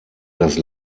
das